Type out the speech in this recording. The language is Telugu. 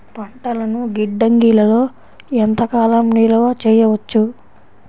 పంటలను గిడ్డంగిలలో ఎంత కాలం నిలవ చెయ్యవచ్చు?